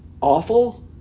awful